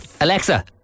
Alexa